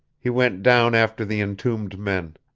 he went down after the entombed men.